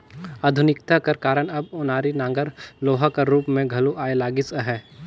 आधुनिकता कर कारन अब ओनारी नांगर लोहा कर रूप मे घलो आए लगिस अहे